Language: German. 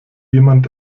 jemand